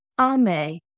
Ame